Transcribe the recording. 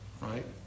right